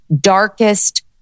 darkest